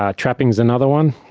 ah trapping is another one,